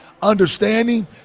understanding